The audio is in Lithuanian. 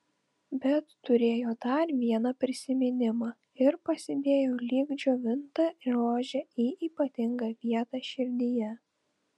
bet turėjo dar vieną prisiminimą ir pasidėjo lyg džiovintą rožę į ypatingą vietą širdyje